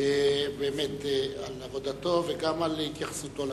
על עבודתו וגם על התייחסותו לכנסת.